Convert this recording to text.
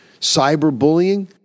cyberbullying